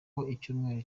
icyumweru